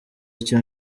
icyo